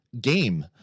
game